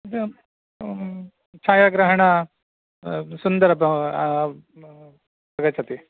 छायाग्रहणं सुन्दरं भव् आगच्छति